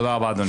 תודה רבה.